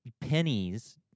pennies